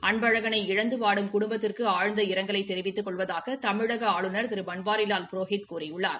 அன்பழகளை இழந்து வாடும் குடும்பத்திற்கு ஆழ்ந்த இரங்கலை தெரிவித்துக் கொள்வதாக மாநில ஆளுநர் திரு பன்வாரிலால் புரோஹித் கூறியுள்ளார்